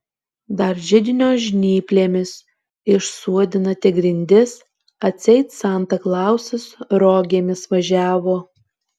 dar židinio žnyplėmis išsuodinate grindis atseit santa klausas rogėmis važiavo